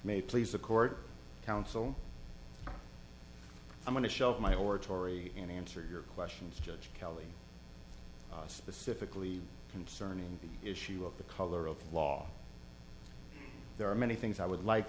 may please the court counsel i'm going to shove my oratory in answer your questions judge kelly specifically concerning the issue of the color of law there are many things i would like